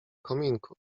kominku